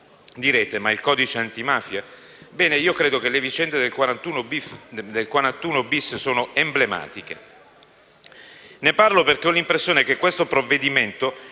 Direte: ma il codice antimafia? Credo che le vicende del 41-*bis* siano emblematiche. Ne parlo perché ho l'impressione che questo provvedimento